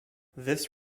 this